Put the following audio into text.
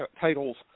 titles